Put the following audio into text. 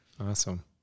Awesome